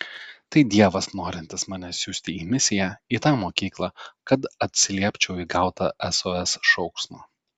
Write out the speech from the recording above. tai dievas norintis mane siųsti į misiją į tą mokyklą kad atsiliepčiau į gautą sos šauksmą